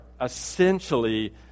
essentially